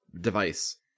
device